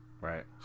Right